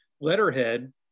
letterhead